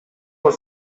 was